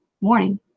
Morning